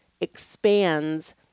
expands